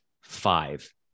five